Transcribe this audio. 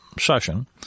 session